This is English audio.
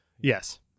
Yes